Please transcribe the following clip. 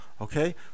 Okay